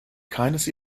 keines